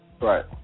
Right